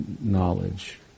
knowledge